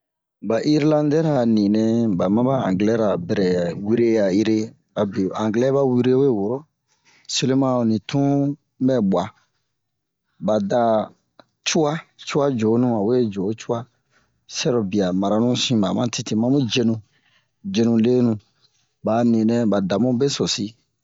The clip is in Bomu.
Ba Irlandɛra a ninɛ ba maba anglɛra bɛrɛ wure a ere abe a anglɛ ba wure we woro seleman ani tun bɛ bu'a ba da cu'a cu'a jonu a we jo cu'a sɛrobia maranu sinba ma tete ma mu jenu jenu lenu ba a ninɛ ba damu besosi